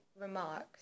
remarks